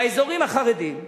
באזורים החרדיים.